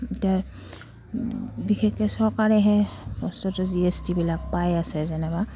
এতিয়া বিশেষকৈ চৰকাৰেহে বস্তুতো জি এচ টিবিলাক পাই আছে যেনিবা